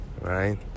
right